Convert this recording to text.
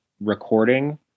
recording